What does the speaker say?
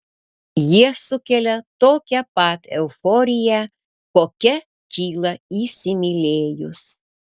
jie sukelia tokią pat euforiją kokia kyla įsimylėjus